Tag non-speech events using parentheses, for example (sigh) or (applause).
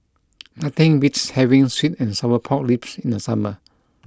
(noise) nothing beats having Sweet and Sour Pork Ribs in summer